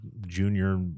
junior